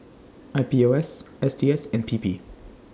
I P O S S T S and P P